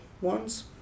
ones